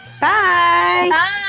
Bye